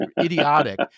idiotic